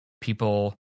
people